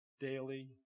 Daily